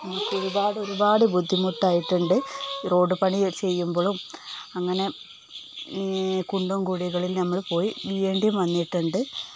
നമുക്ക് ഒരുപാട് ഒരുപാട് ബുദ്ധിമുട്ടായിട്ടുണ്ട് റോഡ് പണി ചെയ്യുമ്പോഴും അങ്ങനെ കുണ്ടും കുഴികളിലും നമ്മള് പോയി വീഴേണ്ടിയും വന്നിട്ടുണ്ട്